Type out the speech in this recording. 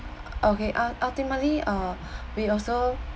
okay uh ultimately uh we also